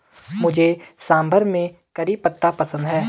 मुझे सांभर में करी पत्ता पसंद है